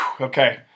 Okay